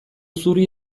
zuri